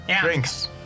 Drinks